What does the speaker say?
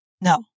No